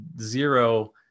zero